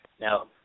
now